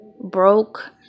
broke